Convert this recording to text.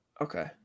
Okay